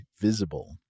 Visible